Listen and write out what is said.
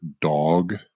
dog